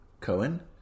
Cohen